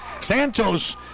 Santos